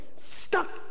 stuck